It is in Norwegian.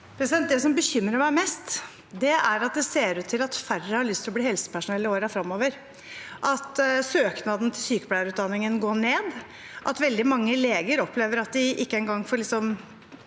Det som bekymrer meg mest, er at det ser ut til at færre har lyst til å bli helsepersonell i årene fremover, at søkningen til sykepleierutdanningen går ned, og at veldig mange leger opplever at de ikke engang får